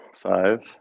Five